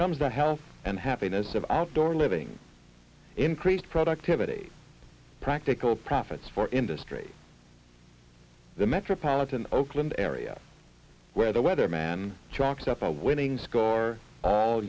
comes the health and happiness of outdoor living increased productivity practical profits for industry the metropolitan oakland area where the weatherman tracks up a winning